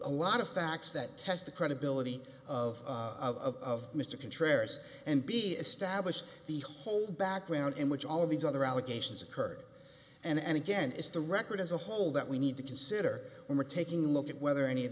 a lot of facts that test the credibility of of mr contrary and be established the whole background in which all of these other allegations occurred and again is the record as a whole that we need to consider when we're taking a look at whether any of